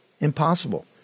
Impossible